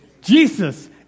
jesus